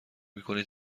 میکنی